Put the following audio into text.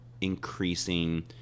increasing